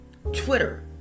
Twitter